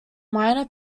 minor